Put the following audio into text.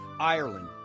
Ireland